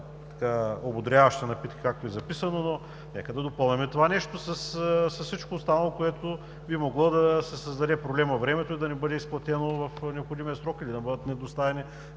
ободряващите напитки, както е записано, но нека да допълваме това нещо с всичко останало, което би могло да създаде проблем във времето и да не бъде изплатено в необходимия срок, или да бъдат недоставени